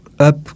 up